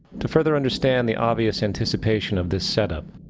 to further understand the obvious antecipation of this setup,